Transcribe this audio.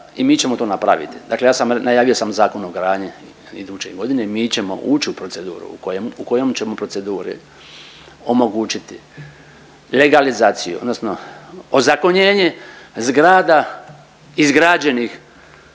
i mi ćemo to napraviti. Dakle, ja sam najavio sam Zakon o gradnji iduće godine i mi ćemo ući u proceduru u kojom ćemo proceduri omogućiti legalizaciju odnosno ozakonjenje zgrada izgrađenih